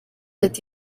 ati